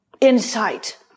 insight